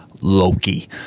Loki